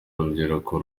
urubyiruko